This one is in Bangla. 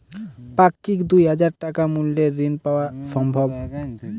পাক্ষিক দুই হাজার টাকা মূল্যের ঋণ পাওয়া সম্ভব?